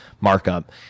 markup